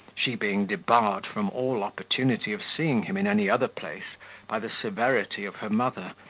she being debarred from all opportunity of seeing him in any other place by the severity of her mother,